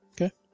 Okay